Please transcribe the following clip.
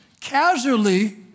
casually